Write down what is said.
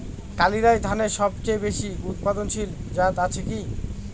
কালিরাই ধানের সবচেয়ে বেশি উৎপাদনশীল জাত আছে কি?